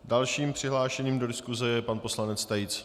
Dalším přihlášeným do diskuse je pan poslanec Tejc.